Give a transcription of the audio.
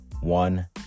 one